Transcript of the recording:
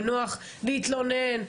בנוח להתלונן.